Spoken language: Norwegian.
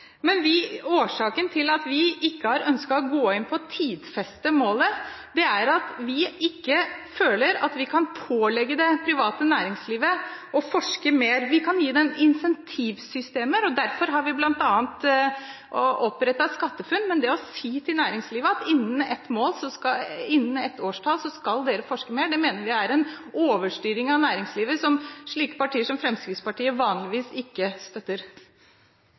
Men årsaken til at vi ikke har ønsket å tidfeste målet, er at vi ikke føler at vi kan pålegge det private næringslivet å forske mer. Vi kan gi dem incentivsystemer, derfor har vi bl.a. opprettet SkatteFUNN, men det å si til næringslivet at innen et årstall skal dere forske mer, mener vi er en overstyring av næringslivet, som slike partier som Fremskrittspartiet vanligvis ikke støtter.